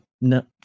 No